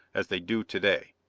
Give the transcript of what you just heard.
as they do to-day.